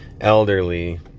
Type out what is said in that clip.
elderly